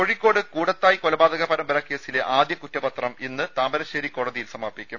കോഴിക്കോട് കൂടത്തായ് കൊലപാതക പരമ്പര കേസിലെ ആദ്യകുറ്റപത്രം ഇന്ന് താമരശ്ശേരി കോടതിയിൽ സമർപ്പിക്കും